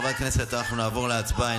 חברי הכנסת, אנחנו נעבור להצבעה.